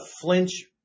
flinch